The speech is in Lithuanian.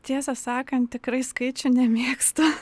tiesą sakant tikrai skaičių nemėgstu